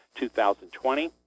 2020